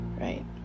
right